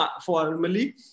formally